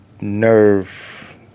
nerve